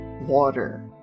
water